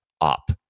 up